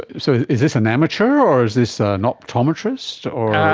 so is this an amateur or is this ah an optometrist or ah